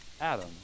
Adam